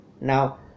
now